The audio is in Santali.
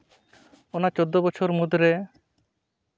ᱚᱱᱟ ᱪᱳᱫᱫᱚ ᱵᱚᱪᱷᱚᱨ ᱢᱩᱫᱽᱨᱮ